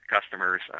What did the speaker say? customers